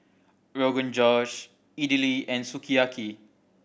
Rogan Josh Idili and Sukiyaki